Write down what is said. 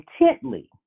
intently